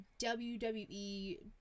WWE